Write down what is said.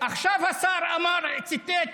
עכשיו השר ציטט,